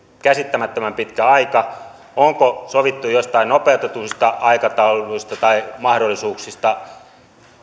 käsittämättömän pitkä aika onko sovittu joistain nopeutetuista aikatauluista tai mahdollisuuksista